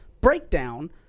breakdown